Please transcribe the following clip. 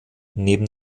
neben